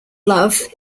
love